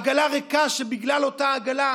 עגלה ריקה, שבגלל אותה עגלה,